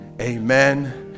Amen